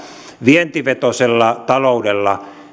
vientivetoisella taloudella